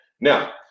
now